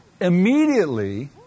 Immediately